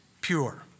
pure